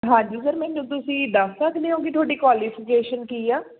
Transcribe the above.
ਹਾਂਜੀ ਸਰ ਮੈਨੂੰ ਤੁਸੀਂ ਦੱਸ ਸਕਦੇ ਹੋ ਕਿ ਤੁਹਾਡੀ ਕੁਆਲੀਫਿਕੇਸ਼ਨ ਕੀ ਆ